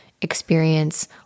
experience